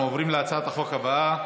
אנחנו עוברים להצעת החוק הבאה,